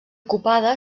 ocupada